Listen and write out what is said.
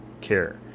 care